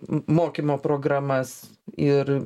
mokymo programas ir